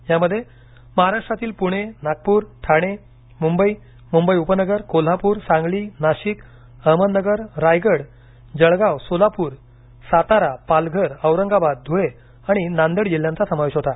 यामध्ये महाराष्ट्रातील पुणे नागपूर ठाणे मुंबई मुंबई उपनगर कोल्हापूर सांगली नाशिक अहमदनगर रायगड जळगाव सोलापूर सातारा पालघर औरंगाबाद धुळे आणि नांदेड जिल्ह्यांचा समावेश होता